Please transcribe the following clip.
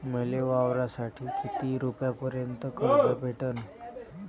मले वावरासाठी किती रुपयापर्यंत कर्ज भेटन?